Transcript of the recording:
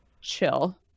chill